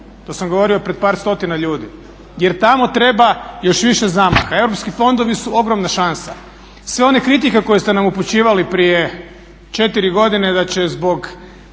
To sam govorio pred par stotina ljudi, jer tamo treba još više zamaha. Europski fondovi su ogromna šansa. Sve one kritike koje ste nam upućivali prije četiri godine da će zbog